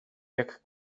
jak